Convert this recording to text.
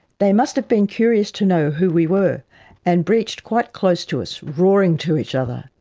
they must have been curious to know who we were and breached quite close to us, roaring to each other.